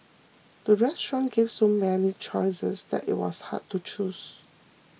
the restaurant gave so many choices that it was hard to choose